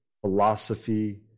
philosophy